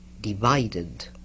divided